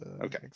okay